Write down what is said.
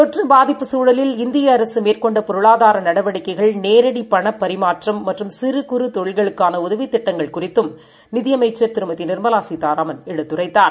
தொற்றுபாதிப்புசூழலில் இந்தியஅரசுமேற்கொண்டபொருளாதாரநடவடிக்கைகள் நேரடிப்பணபரிமாற்றம்மற்றும்சிறுகுறுதொழில்களுக் கானஉதவித்திட்டங்கள்குறித்துநிதியமைச்சர்திருமதிநிர் மலாசீதாராமன்எடுத்துரைத்தார்